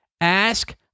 Ask